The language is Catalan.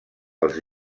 els